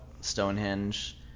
Stonehenge –